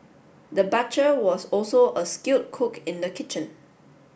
the butcher was also a skilled cook in the kitchen